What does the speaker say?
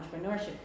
entrepreneurship